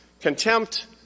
Contempt